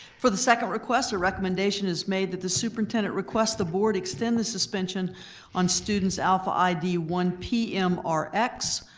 for the second request, a recommendation is made that the superintendent request the board extend the suspension on students alpha id one p m r x,